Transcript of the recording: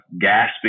gasping